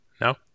No